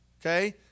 okay